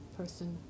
person